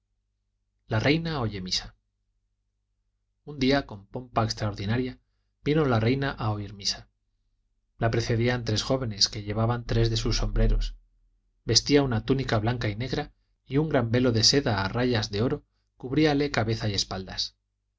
la reina oye misa un día con pompa extraordinaria vino la reina a oír misa la precedían tres jóvenes que llevaban tres de sus sombreros vestía una túnica blanca y negra y un gran velo de seda a rayas de oro cubríale cabeza y espaldas